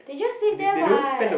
they just sit there what